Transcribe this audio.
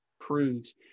proves